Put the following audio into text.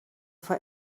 for